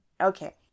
Okay